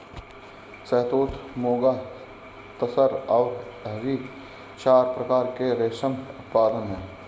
शहतूत, मुगा, तसर और एरी चार प्रकार के रेशम उत्पादन हैं